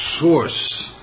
source